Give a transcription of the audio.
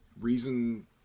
reason